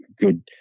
good